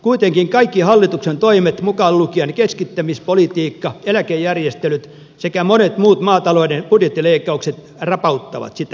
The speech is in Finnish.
kuitenkin kaikki hallituksen toimet mukaan lukien keskittämispolitiikka eläkejärjestelyt sekä monet muut maatalouden budjettileikkaukset rapauttavat sitä